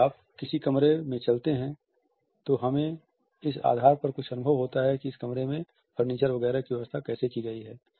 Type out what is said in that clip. यदि आप किसी कमरे में चलते हैं तो हमें इस आधार पर कुछ अनुभव होता हैं कि इस कमरे में फर्नीचर वगैरह की व्यवस्था कैसे की गई है